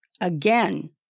Again